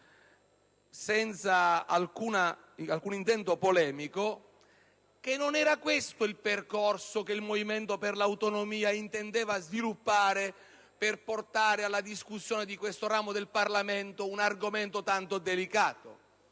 senza alcun intento polemico che non era questo il percorso che il Movimento per le Autonomie intendeva avviare per portare alla discussione di questo ramo del Parlamento un argomento tanto delicato: